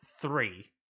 three